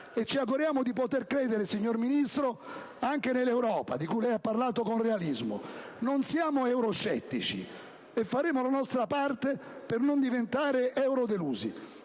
e ci auguriamo di poter credere, signor Ministro, anche nell'Europa di cui lei ha parlato con realismo. Non siamo euroscettici e faremo la nostra parte per non diventare eurodelusi.